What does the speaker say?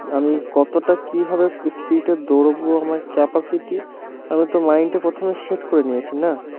আমি কতটা কীভাবে স্পিডে দৌড়বো আমার ক্যাপাসিটি আমি তো মাইন্ডে প্রথমে সেট করে নিয়েছি না